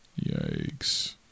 Yikes